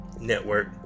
Network